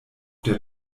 der